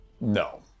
no